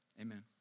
Amen